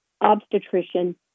obstetrician